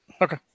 Okay